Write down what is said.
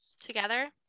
together